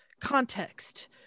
context